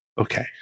okay